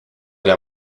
der